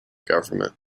government